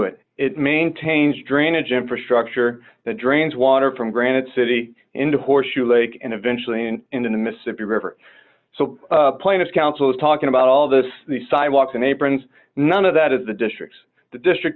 it it maintains drainage infrastructure that drains water from granite city into horseshoe lake and eventually into the mississippi river so plain as counsel is talking about all this the sidewalks and aprons none of that is the district's the district